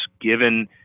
Given